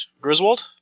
Griswold